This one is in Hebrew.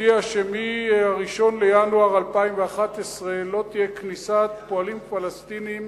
הודיעה שמ-1 בינואר 2011 לא תהיה כניסת פועלים פלסטינים